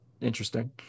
interesting